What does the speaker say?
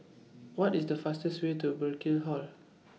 What IS The fastest Way to Burkill Hall